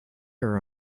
are